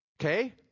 Okay